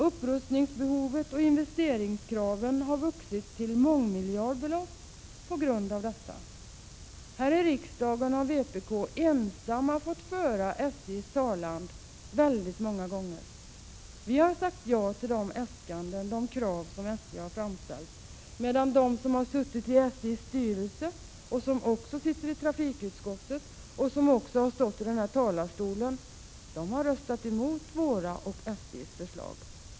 Upprustningsbehovet och investeringskraven har vuxit till mångmiljardbelopp på grund av denna återhållsamhet. Här i riksdagen har vpk många gånger ensamt fått föra SJ:s talan. Vi har sagt ja till de krav och äskanden som SJ har framfört, medan de som har suttit i SJ:s styrelse — de sitter också i trafikutskottet och har gjort inlägg från denna talarstol — har röstat mot våra och SJ:s förslag.